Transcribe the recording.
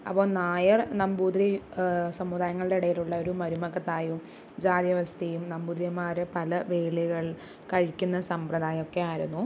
അപ്പോൾ നായർ നമ്പൂതിരി സമുദായങ്ങളുടെ ഇടയിലുള്ളൊരു മരുമക്കത്തായം ജാതിവ്യവസ്ഥയും നമ്പൂതിരിമാര് പല വേളികൾ കഴിക്കുന്ന സമ്പ്രദായമൊക്കെയായിരുന്നു